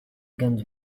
guns